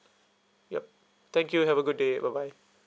yup thank you have a good day bye bye